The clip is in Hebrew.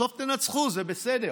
בסוף תנצחו, זה בסדר,